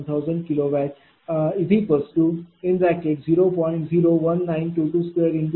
21 0